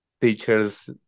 teachers